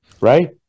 right